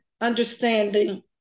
understanding